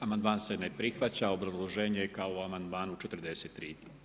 Amandman se ne prihvaća a obrazloženje je kao u amandmanu 43.